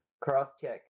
cross-check